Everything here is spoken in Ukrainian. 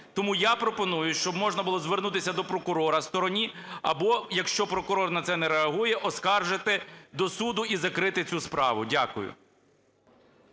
Тому я пропоную, щоб можна було звернутися до прокурора стороні або, якщо прокурор на це не реагує, оскаржити до суду і закрити цю справу. Дякую.